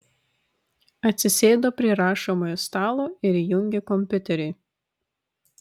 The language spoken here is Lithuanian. atsisėdo prie rašomojo stalo ir įjungė kompiuterį